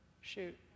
shoot